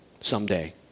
someday